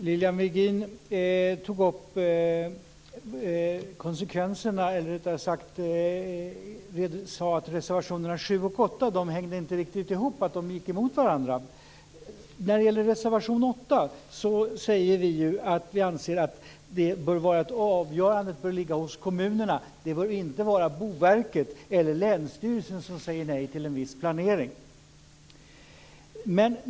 Fru talman! Lilian Virgin sade att reservationerna 7 och 8 inte riktigt hänger ihop utan är motstridande. I reservation 8 framhåller vi att vi anser att avgörandet bör ligga hos kommunerna. Det bör inte vara Boverket eller länsstyrelserna som ska ha möjlighet att säga nej till en viss planering.